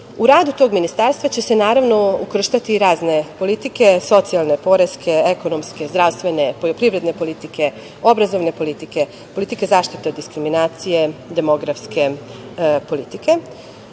U radu tog ministarstva će se, naravno, ukrštati razne politike, socijalne, poreske, ekonomske, zdravstvene, poljoprivredne politike, obrazovne politike, politike zaštite od diskriminacije, demografske politike. Moram